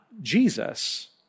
Jesus